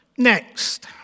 Next